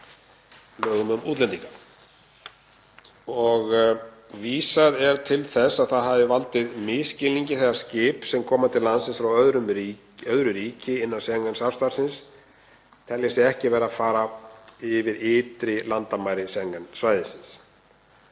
lögum um útlendinga. Vísað er til þess að það hafi valdið misskilningi þegar skip sem koma til landsins frá öðru ríki innan Schengen-samstarfsins telji sig ekki vera að fara yfir ytri landamæri Schengen-svæðisins.